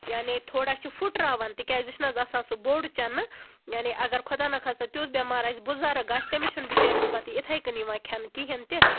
یعنی تھوڑا چھِ پھُٹراوَن تِکیٛازِ یہِ چھُ نہَ حظ آسان سُہ بوٚڈ چَنہٕ یعنی اَگَر خۄداہ نہَ خاستہَ تیُتھ بیٚمار آسہِ بُزَرگ آسہِ تٔمِس چھُنہٕ بِچٲرِس پَتہٕ اِتھے کٔنۍ یِوان کھیٚنہِ کِہیٖنٛۍ تہِ